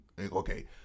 Okay